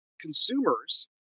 consumers